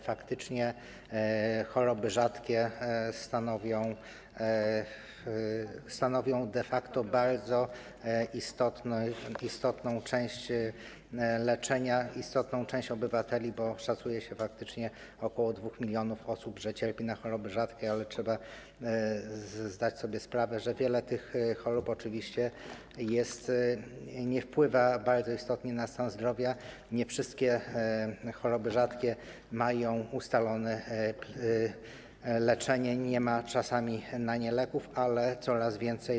Faktycznie choroby rzadkie stanowią de facto bardzo istotną część leczenia, istotną część obywateli, bo szacuje się, że faktycznie ok. 2 mln osób cierpi na choroby rzadkie, ale trzeba zdać sobie sprawę z tego, że wiele tych chorób oczywiście nie wpływa bardzo istotnie na stan zdrowia, nie wszystkie choroby rzadkie mają ustalone leczenie, nie ma czasami na nie leków, ale coraz więcej.